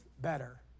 better